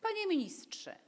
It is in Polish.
Panie Ministrze!